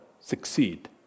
succeed